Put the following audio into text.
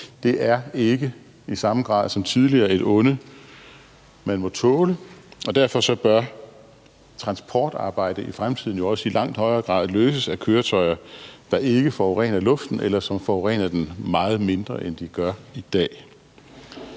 Det er ikke i samme grad som tidligere et onde, man må tåle. Og derfor bør transportarbejde i fremtiden jo også i langt højere grad løses af køretøjer, der ikke forurener luften, eller som forurener den meget mindre, end de gør i dag.